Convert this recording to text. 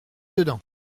dedans